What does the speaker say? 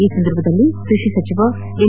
ಈ ಸಂದರ್ಭದಲ್ಲಿ ಕೃಷಿ ಸಚಿವ ಎನ್